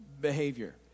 behavior